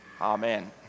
Amen